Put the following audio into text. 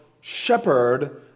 shepherd